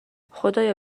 خدایا